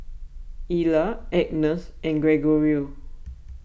Ela Agness and Gregorio